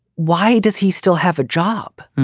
why does he still have a job?